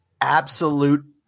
absolute